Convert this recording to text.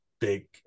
big